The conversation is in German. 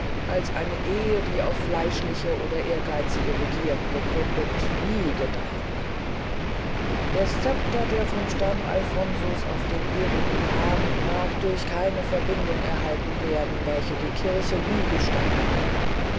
als eine ehe die auf fleischliche oder ehrgeizige begierden gegründet nie gedeihen kann der scepter der vom stamm alfonso's auf den ihrigen kam mag durch keine verbindung erhalten werden welche die kirche nie gestatten wird